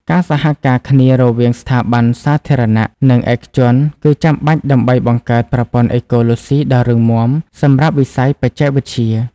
ការសហការគ្នារវាងស្ថាប័នសាធារណៈ និងឯកជនគឺចាំបាច់ដើម្បីបង្កើតប្រព័ន្ធអេកូឡូស៊ីដ៏រឹងមាំសម្រាប់វិស័យបច្ចេកវិទ្យា។